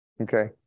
okay